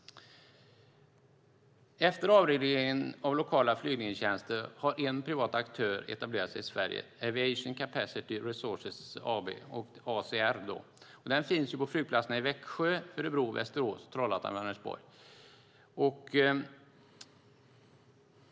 Efter avregleringen av lokala flygledningstjänster har en privat aktör etablerat sig i Sverige, nämligen Aviation Capacity Resources AB, ACR, som finns på flygplatserna i Växjö, Örebro, Västerås och Trollhättan-Vänersborg.